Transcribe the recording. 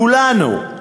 כולנו,